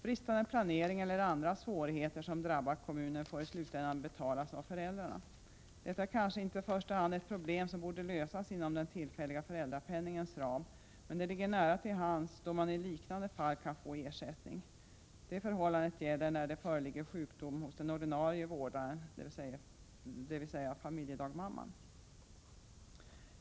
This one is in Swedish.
Bristande planering eller andra svårigheter som drabbar kommunen får i slutänden betalas av föräldrarna. Detta är kanske inte i första hand ett problem som borde lösas inom den tillfälliga föräldrapenningens ram, men det ligger nära till hands då man i liknande fall kan få ersättning. Detta förhållande gäller när det föreligger sjukdom hos den ordinarie vårdaren, dvs. familjedagmamman.